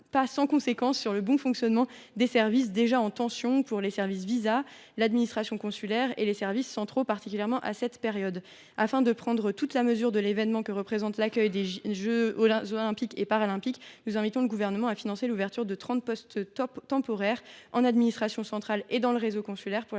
pas sans conséquence sur le bon fonctionnement des services déjà en tension, comme les services visa, l’administration consulaire et les services centraux, particulièrement à cette période. Afin de prendre toute la mesure de l’événement que représente l’accueil des jeux Olympiques et Paralympiques, nous invitons donc le Gouvernement à financer l’ouverture de 30 postes temporaires en administration centrale et dans le réseau consulaire pour la